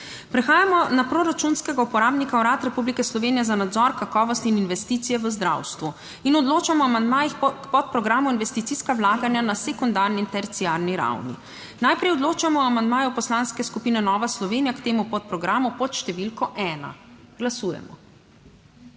Prehajamo na proračunskega uporabnika Urad Republike Slovenije za nadzor kakovosti in investicije v zdravstvu. Odločamo o amandmajih k podprogramu Investicijska vlaganja na sekundarni in terciarni ravni. Najprej odločamo o amandmaju Poslanske skupine Nova Slovenija k temu podprogramu pod številko 1. Glasujemo.